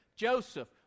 Joseph